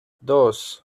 dos